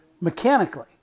mechanically